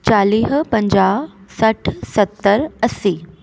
चालीह पंजाह सठ सतरि असी